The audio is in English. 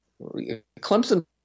Clemson